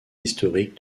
historique